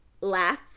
laugh